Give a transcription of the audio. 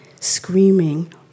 screaming